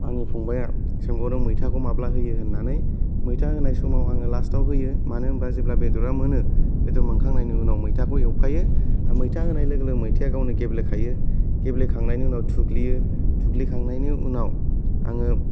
आंनि फंबाया सोंबावदों मैथाखौ माब्ला होयो होननानै मैथा होनाय समाय आङो लास्ताव होयो मानो होमबा जेब्ला बेदरा मोनो बेदर मोनखांनायनि उनाय मैथाखौ एवफायो मैथा होनाय लोगो लोगो मैथाया गावनो गोब्लेखायो गेब्लेखांनायनि उनाव थुग्लियो थुग्लिखांनायनि उनाव आङो